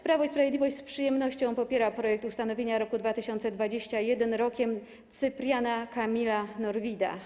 Prawo i Sprawiedliwość z przyjemnością popiera projekt ustanowienia roku 2021 Rokiem Cypriana Kamila Norwida.